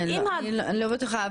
אני לא בטוחה,